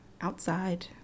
outside